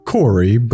Corey